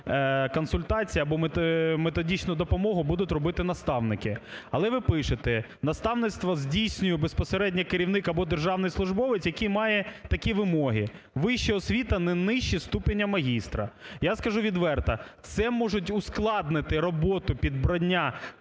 консультацію або методичну допомогу будуть робити наставники. Але ви пишете: наставництво здійснює безпосередньо керівник або державний службовець, який має такі вимоги: вища освіта не нижче ступеня магістра. Я скажу відверто, це може ускладнити роботу підбирання